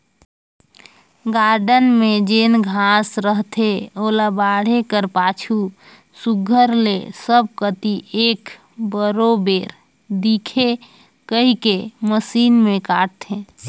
garden में जेन घांस रहथे ओला बाढ़े कर पाछू सुग्घर ले सब कती एक बरोबेर दिखे कहिके मसीन में काटथें